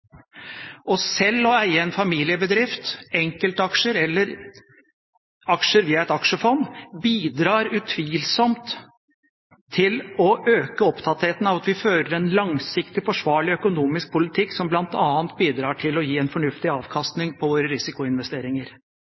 selv å eie en familiebedrift, enkeltaksjer eller aksjer via et aksjefond bidrar utvilsomt til å øke opptattheten av at vi fører en langsiktig, forsvarlig økonomisk politikk, som bl.a. bidrar til å gi en fornuftig avkastning på våre risikoinvesteringer.